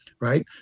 right